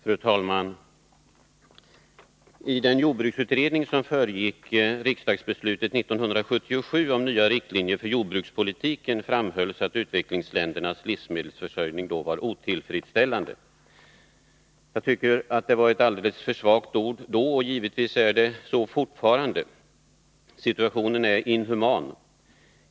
Fru talman! I den jordbruksutredning som föregick riksdagsbeslutet 1977 om nya riktlinjer för jordbrukspolitiken framhölls att utvecklingsländernas livsmedelsförsörjning då var otillfredsställande. Jag tycker att det då var ett alldeles för svagt ord, och givetvis är det så fortfarande. Situationen är inhuman.